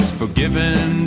forgiven